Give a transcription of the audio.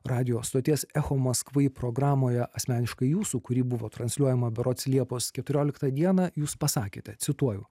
radijo stoties echo maskvy programoje asmeniškai jūsų kuri buvo transliuojama berods liepos keturioliktą dieną jūs pasakėte cituoju